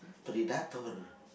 Predator